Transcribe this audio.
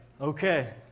Okay